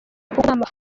mafaranga